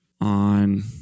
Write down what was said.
on